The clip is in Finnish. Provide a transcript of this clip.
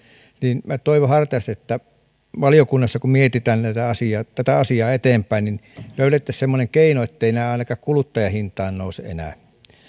niin minä toivon hartaasti että kun valiokunnassa mietitään tätä asiaa tätä asiaa eteenpäin löydettäisiin semmoinen keino etteivät nämä ainakaan kuluttajahintaa nosta enää